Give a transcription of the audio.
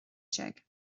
déag